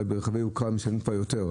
ברכבי יוקרה אולי משלמים כבר יותר,